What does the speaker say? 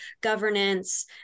governance